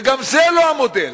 וגם זה לא המודל,